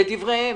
לדבריהם,